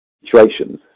situations